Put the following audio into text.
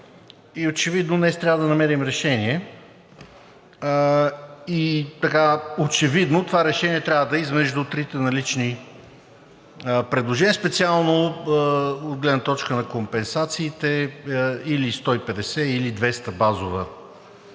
очевидно днес трябва да намерим решение и очевидно това решение трябва да е измежду трите налични предложения специално от гледна точка на компенсациите – или 150, или 200 базова цена,